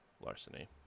larceny